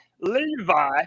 Levi